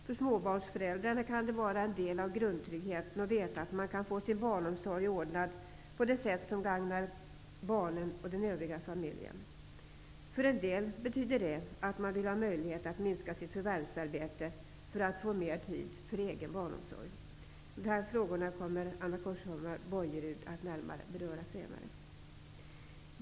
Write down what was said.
För småbarnsföräldrarna kan det vara en del av grundtryggheten att veta att man kan få sin barnomsorg ordnad på det sätt som gagnar barnen och den övriga familjen. För en del betyder det att man vill ha möjlighet att minska sitt förvärvsarbete för att få mer tid för egen barnomsorg. De frågorna kommer Anna Corshammar-Bojerud senare att närmare beröra.